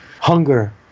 hunger